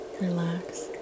relax